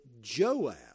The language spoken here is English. Joab